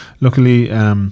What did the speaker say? Luckily